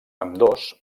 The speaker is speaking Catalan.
ambdós